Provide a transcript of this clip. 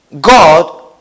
God